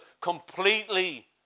completely